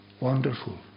wonderful